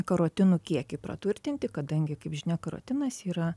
karotinų kiekį praturtinti kadangi kaip žinia karotinas yra